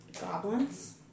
Goblins